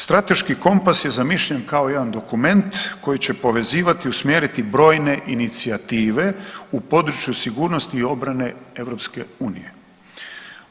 Strateški kompas je zamišljen kao jedan dokument koji će povezivati i usmjeriti brojne inicijative u području sigurnosti i obrane EU-a.